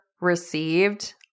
received